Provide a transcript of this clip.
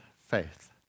faith